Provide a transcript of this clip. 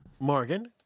Morgan